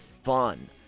fun